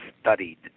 studied